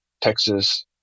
Texas